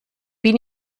bin